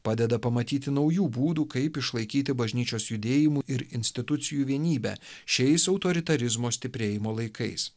padeda pamatyti naujų būdų kaip išlaikyti bažnyčios judėjimų ir institucijų vienybę šiais autoritarizmo stiprėjimo laikais